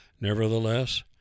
Nevertheless